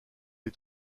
est